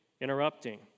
interrupting